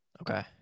Okay